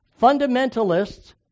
Fundamentalists